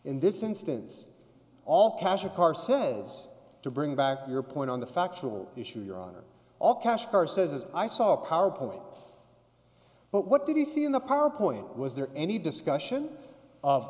in this instance all cash a car says to bring back your point on the factual issue your honor all cash car says i saw a powerpoint but what did you see in the powerpoint was there any discussion of